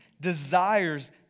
desires